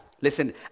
listen